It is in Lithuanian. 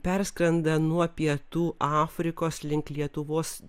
perskrenda nuo pietų afrikos link lietuvos